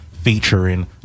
featuring